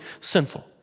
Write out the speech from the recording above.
sinful